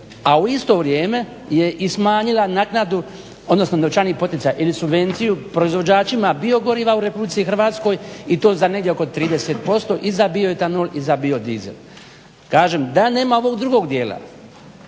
A u isto vrijeme je i smanjila naknadu odnosno novčani poticaj ili subvenciju proizvođačima biogoriva u RH i to za negdje oko 30% i za bioetanol i za biodizel. Kažem da nema ovog drugog dijela